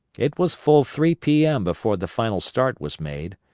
it was full three p m. before the final start was made.